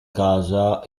casa